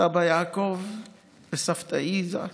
סבא יעקב וסבתא איזה,